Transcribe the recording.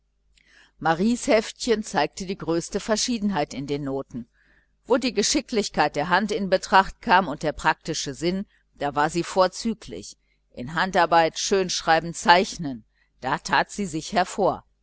maries heftchen zeigte die größte verschiedenheit in den noten wo die geschicklichkeit der hand in betracht kam und der praktische sinn da war sie vorzüglich in handarbeit schönschreiben zeichnen da tat sie sich hervor